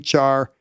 HR